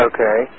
Okay